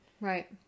Right